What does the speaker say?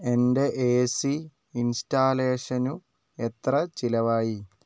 എൻ്റെ എസി ഇൻസ്റ്റാലേഷനു എത്ര ചിലവായി